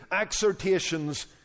exhortations